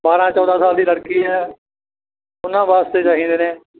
ਬਾਰ੍ਹਾਂ ਚੌਦ੍ਹਾਂ ਸਾਲ ਦੀ ਲੜਕੀ ਹੈ ਉਹਨਾਂ ਵਾਸਤੇ ਚਾਹੀਦੇ ਨੇ